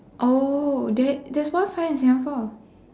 oh that there's one sign in Singapore